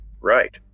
Right